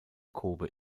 kōbe